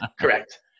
Correct